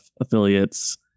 affiliates